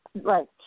Right